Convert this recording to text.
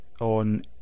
on